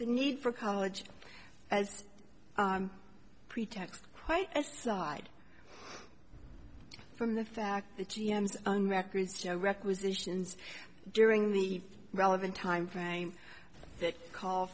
the need for college as a pretext quite slide from the fact that g m s and records show requisitions during the relevant time frames that call